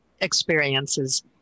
experiences